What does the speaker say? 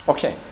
Okay